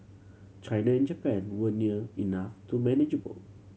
China and Japan were near enough to manageable